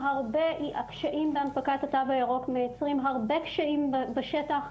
הקשיים בהנפקת התו הירוק מייצרים הרבה קשיים בשטח,